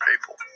people